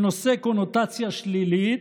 שנושא קונוטציה שלילית,